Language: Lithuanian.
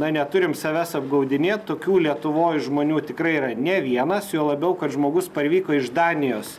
na neturim savęs apgaudinėt tokių lietuvoj žmonių tikrai yra ne vienas juo labiau kad žmogus parvyko iš danijos